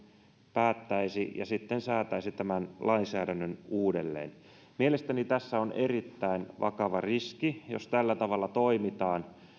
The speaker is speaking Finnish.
päättäisi ja sitten säätäisi tämän lainsäädännön uudelleen mielestäni tässä on erittäin vakava riski jos tällä tavalla toimitaan